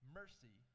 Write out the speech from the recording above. mercy